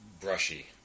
brushy